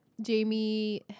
Jamie